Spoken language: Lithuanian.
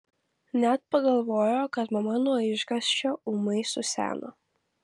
net pagalvojo kad mama nuo išgąsčio ūmai suseno